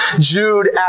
Jude